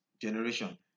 generation